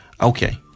Okay